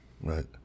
Right